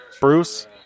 Bruce